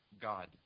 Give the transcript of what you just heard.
God